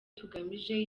tugamije